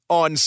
on